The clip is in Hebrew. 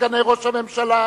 סגני ראש הממשלה,